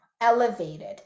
elevated